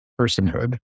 personhood